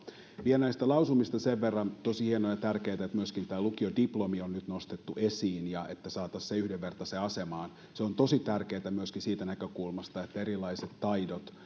vielä näistä lausumista sen verran että on tosi hienoa ja tärkeätä että myöskin tämä lukiodiplomi on nyt nostettu esiin että saataisiin se yhdenvertaiseen asemaan se on tosi tärkeätä myöskin siitä näkökulmasta että on erilaisia taitoja